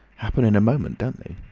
happen in a moment, don't they?